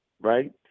right